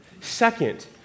Second